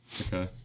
Okay